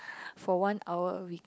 for one hour a week